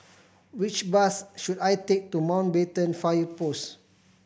which bus should I take to Mountbatten Fire Post